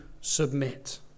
submit